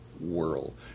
world